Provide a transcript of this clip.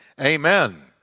Amen